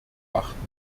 achten